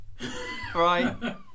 right